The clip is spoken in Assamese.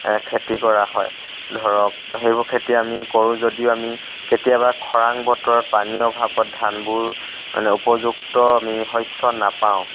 খেতি কৰা হয় ধৰক সেইবোৰ খেতি আমি কৰোঁ যদিও আমি কেতিয়াবা খৰাং বতৰত পানীৰ অভাৱত ধানবোৰ মানে উপযুক্ত আমি শস্য নাপাওঁ